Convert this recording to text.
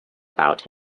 about